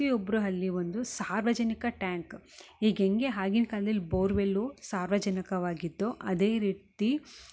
ಪ್ರತಿ ಒಬ್ರು ಅಲ್ಲಿ ಒಂದು ಸಾರ್ವಜನಿಕ ಟ್ಯಾಂಕ್ ಈಗ ಹೆಂಗೆ ಆಗಿನ ಕಾಲದಲ್ಲಿ ಬೋರ್ವೆಲ್ಲು ಸಾರ್ವಜನಿಕವಾಗಿತ್ತು ಅದೇ ರೀತಿ